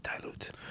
dilute